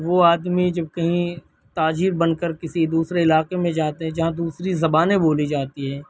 وہ آدمی جب کہیں تاجر بن کر کے کسی دوسرے علاقے میں جاتا ہے تو جہاں دوسری زبانیں بولی جاتی ہیں